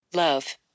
love